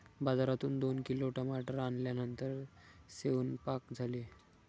बाजारातून दोन किलो टमाटर आणल्यानंतर सेवन्पाक झाले